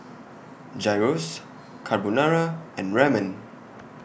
Gyros Carbonara and Ramen